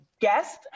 guest